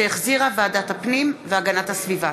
שהחזירה ועדת הפנים והגנת הסביבה.